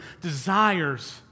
desires